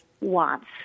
wants